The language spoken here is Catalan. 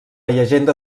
llegenda